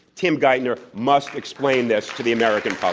tim geithner must explain this to the american public.